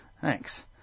Thanks